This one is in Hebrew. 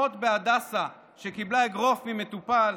אחות בהדסה שקיבלה אגרוף ממטופל,